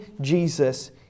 Jesus